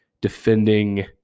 defending